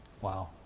Wow